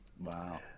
wow